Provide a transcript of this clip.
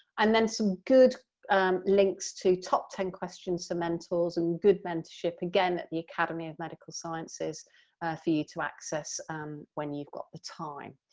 and then some good links to top ten questions for mentors and good mentorship again at the academy of medical sciences for you to access when you've got the time.